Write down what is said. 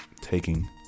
taking